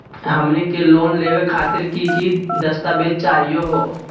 हमनी के लोन लेवे खातीर की की दस्तावेज चाहीयो हो?